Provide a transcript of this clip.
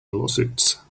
lawsuits